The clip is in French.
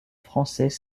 français